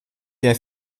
der